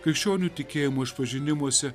krikščionių tikėjimo išpažinimuose